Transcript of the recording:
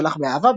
שלך באהבה,